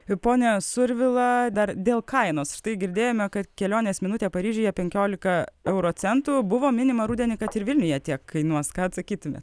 pone survila dar dėl kainos štai girdėjome kad kelionės minutė paryžiuje penkiolika euro centų buvo minima rudenį kad ir vilniuje tiek kainuos ką atsakytumėt